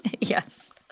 Yes